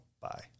Bye